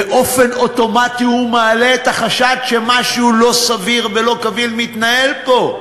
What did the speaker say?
באופן אוטומטי הוא מעלה את החשד שמשהו לא סביר ולא קביל מתנהל פה.